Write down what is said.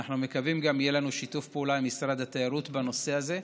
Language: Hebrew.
ואנחנו מקווים שיהיה לנו שיתוף פעולה גם עם משרד התיירות בנושא הזה,